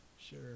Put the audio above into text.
Sure